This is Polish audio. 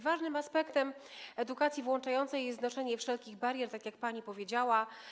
Ważnym aspektem edukacji włączającej jest znoszenie wszelkich barier, tak jak pani powiedziała.